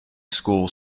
school